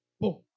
Boom